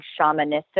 shamanistic